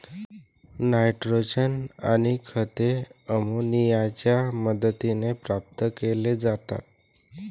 nitrogen आणि खते अमोनियाच्या मदतीने प्राप्त केली जातात